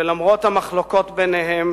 שלמרות המחלוקות ביניהם